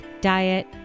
Diet